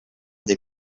des